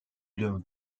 devint